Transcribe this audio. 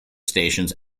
stations